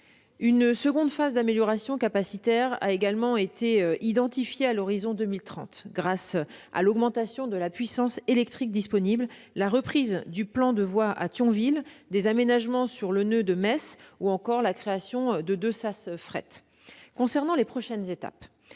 Une seconde phase d'amélioration capacitaire a également été identifiée à l'horizon de 2030 grâce à l'augmentation de la puissance électrique disponible, à la reprise du plan de voies à Thionville, à des aménagements sur le noeud de Metz ou encore à la création de deux sas fret. Concernant les prochaines étapes,